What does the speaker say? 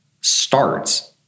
starts